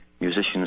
musicians